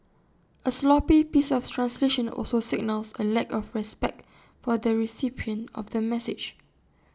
A sloppy piece of translation also signals A lack of respect for the recipient of the message